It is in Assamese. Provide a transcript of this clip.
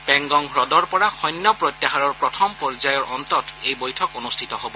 পেংগং হুদৰ পৰা সৈন্য প্ৰত্যাহাৰৰ প্ৰথম পৰ্যায়ৰ অন্তত এই বৈঠক অনুষ্ঠিত হ'ব